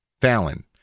Fallon